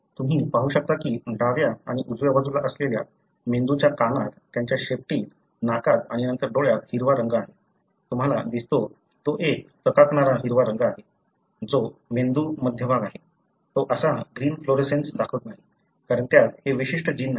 तुम्ही पाहू शकता की डाव्या आणि उजव्या बाजूला असलेल्या ऍनिमलंच्या कानात त्यांच्या शेपटीत नाकात आणि नंतर डोळ्यात हिरवा रंग आहे तुम्हाला दिसतो की तो एक चकाकणारा हिरवा रंग आहे जोऍनिमलं मध्यभाग आहे तो असा ग्रीन फ्लोरोसेन्स दाखवत नाही कारण त्यात हे विशिष्ट जीन नाही